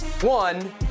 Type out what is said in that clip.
one